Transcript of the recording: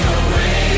away